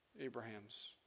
Abraham's